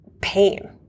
pain